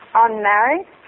unmarried